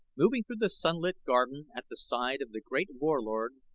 moving through the sunlit garden at the side of the great warlord,